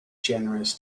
generous